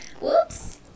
Whoops